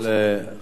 חבר הכנסת מקלב,